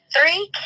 Three